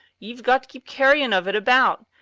ye've got to keep carryin' of it about.